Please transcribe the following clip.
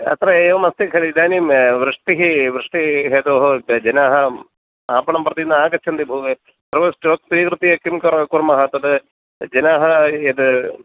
अत्र एवम् अस्ति खलु इदानीं वृष्टिः वृष्टेः हेतोः जनाः आपणं प्रति न आगच्छन्ति भो सर्व स्टाक् स्वीकृत्य किं करो कुर्मः तद् जनाः यद्